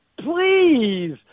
Please